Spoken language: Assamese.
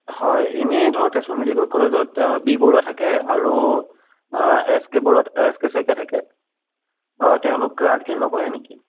হয় এনেই ধৰক তেজপুৰ মেডিকেল কলেজত বি বৰুৱা থাকে আৰু H K Barua H K Saikia থাকে হয় তেওঁলোকতো আজিকালি নবহে নেকি